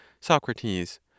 Socrates